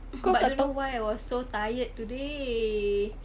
but don't know why I was so tired today